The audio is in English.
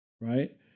right